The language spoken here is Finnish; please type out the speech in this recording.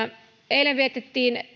eilen vietettiin